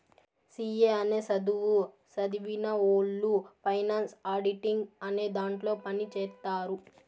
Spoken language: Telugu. సి ఏ అనే సధువు సదివినవొళ్ళు ఫైనాన్స్ ఆడిటింగ్ అనే దాంట్లో పని చేత్తారు